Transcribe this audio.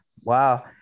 wow